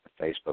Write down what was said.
Facebook